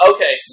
Okay